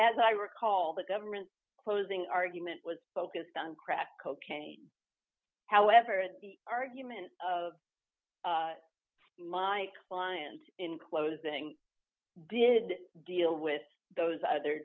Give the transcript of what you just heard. as i recall the government closing argument was focused on crack cocaine however the argument of my client in closing did deal with those other